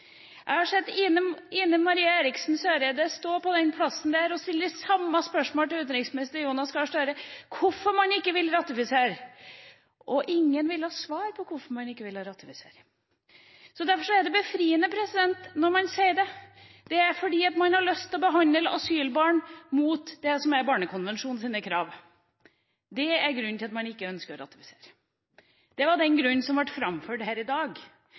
Jeg har sett Ine Marie Eriksen Søreide stå her og stille de samme spørsmål til utenriksminister Jonas Gahr Støre, om hvorfor man ikke ville ratifisere, og ingen ville svare på det. Så derfor er det befriende når man sier det: Det er fordi man ikke har lyst til å behandle asylbarn etter Barnekonvensjonens krav. Det er grunnen til at man ikke ønsker å ratifisere. Det var den grunnen som ble framført her i dag.